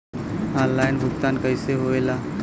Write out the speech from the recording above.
Online भुगतान कैसे होए ला?